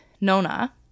Nona